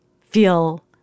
feel